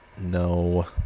no